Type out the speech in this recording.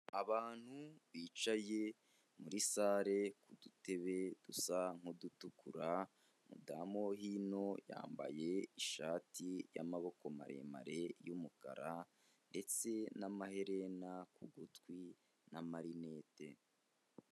Abantu bicaye muri sare ku dutebe dusa nk'udutukura, umudamo wo hino yambaye ishati y'amaboko maremare y'umukara ndetse n'amaherena ku gutwi n'amarinete.